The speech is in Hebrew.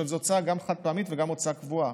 זה גם הוצאה חד-פעמית וגם הוצאה קבועה,